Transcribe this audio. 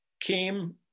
came